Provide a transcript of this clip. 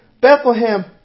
Bethlehem